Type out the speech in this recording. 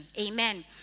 Amen